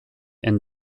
and